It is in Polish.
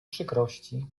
przykrości